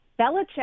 belichick